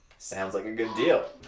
sounds like a good deal.